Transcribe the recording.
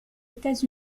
états